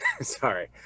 sorry